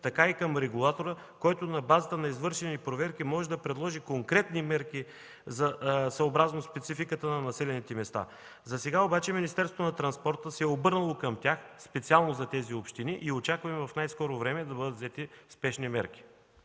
така и към регулатора, който на базата на извършени проверки може да предложи конкретни мерки съобразно спецификата на населените места. Засега обаче Министерството на транспорта, информационните технологии и съобщенията се е обърнало към тях специално за тези общини и очакваме в най-скоро време да бъдат взети спешни мерки.